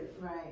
Right